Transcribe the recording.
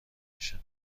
میشن